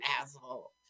asshole